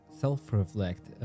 self-reflect